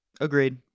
Agreed